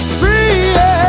free